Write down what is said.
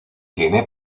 tiene